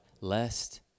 lest